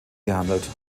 gehandelt